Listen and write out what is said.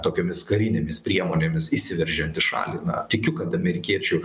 tokiomis karinėmis priemonėmis įsiveržiant į šalį na tikiu kad amerikiečių